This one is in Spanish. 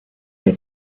que